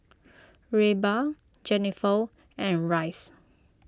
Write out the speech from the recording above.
Reba Jenifer and Rhys